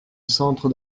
centre